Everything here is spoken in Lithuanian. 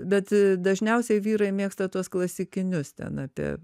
bet dažniausiai vyrai mėgsta tuos klasikinius ten apie